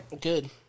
good